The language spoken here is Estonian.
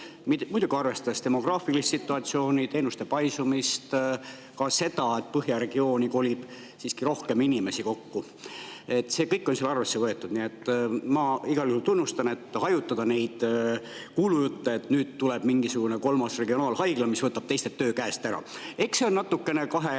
muidugi arvestades demograafilist situatsiooni, teenuste paisumist, ka seda, et põhjaregiooni kolib siiski rohkem inimesi kokku. See kõik on seal arvesse võetud, nii et ma igal juhul tunnustan nende kuulujuttude hajutamist, et nüüd tuleb mingisugune kolmas regionaalhaigla, mis võtab teistelt töö käest ära. Eks see on natuke kahe